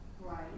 Right